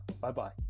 Bye-bye